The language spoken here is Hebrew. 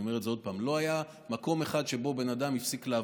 אני אומר את זה עוד פעם: לא היה מקום אחד שבו בן אדם הפסיק לעבוד.